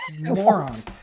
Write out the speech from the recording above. morons